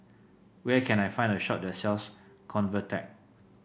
where can I find a shop that sells Convatec